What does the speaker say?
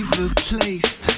replaced